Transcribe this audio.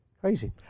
Crazy